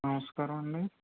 నమస్కారం అండి